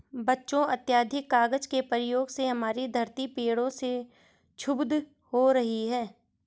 बच्चों अत्याधिक कागज के प्रयोग से हमारी धरती पेड़ों से क्षुब्ध हो रही है